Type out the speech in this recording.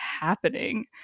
happening